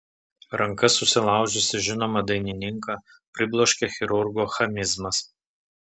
rankas susilaužiusį žinomą dainininką pribloškė chirurgo chamizmas